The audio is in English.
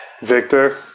victor